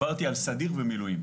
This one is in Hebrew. דיברתי על סדיר ומילואים.